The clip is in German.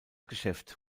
geschäft